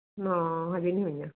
ਨਾ ਹਜੇ ਨਹੀਂ ਹੋਈਆਂ